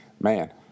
Man